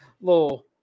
little